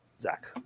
Zach